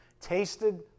Tasted